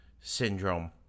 syndrome